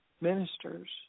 ministers